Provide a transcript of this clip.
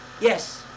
yes